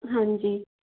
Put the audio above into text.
ਹਾਂਜੀ